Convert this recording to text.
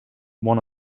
one